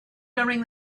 during